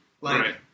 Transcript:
Right